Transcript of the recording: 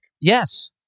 Yes